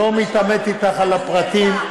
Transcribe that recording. לא מתעמת איתך על הפרטים,